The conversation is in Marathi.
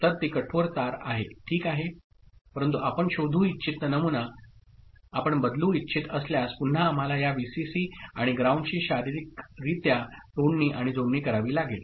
तर ते कठोर तार आहे ठीक आहे परंतु आपण शोधू इच्छित नमुना आपण बदलू इच्छित असल्यास पुन्हा आम्हाला या व्हीसीसी आणि ग्राउंडशी शारीरिकरित्या तोडणी आणि जोडणी करावी लागेल